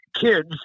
kids